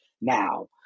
now